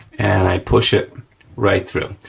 and i push it right through.